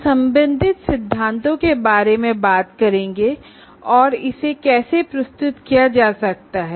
हम संबंधित सिद्धांतों के बारे में भी बात करेंगे और ये भी जानेगे कि इसे कैसे प्रस्तुत किया जा सकता है